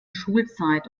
schulzeit